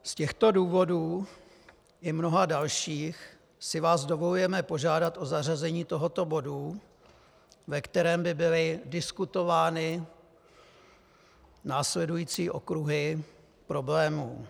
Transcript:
Z těchto důvodů i mnoha dalších si vás dovolujeme požádat o zařazení tohoto bodu, ve kterém by byly diskutovány následující okruhy problémů.